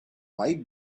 white